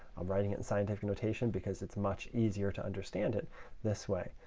i'm writing it in scientific notation because it's much easier to understand it this way.